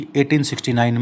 1869